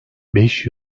beş